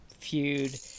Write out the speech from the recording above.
feud